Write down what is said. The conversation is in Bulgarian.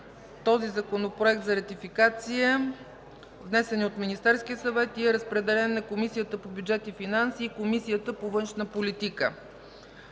г. Законопроектът е внесен от Министерския съвет и е разпределен на Комисията по бюджет и финанси и Комисията по външна политика.